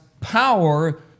power